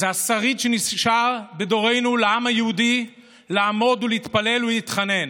זה השריד שנשאר בדורנו לעם היהודי לעמוד ולהתפלל ולהתחנן.